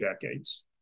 decades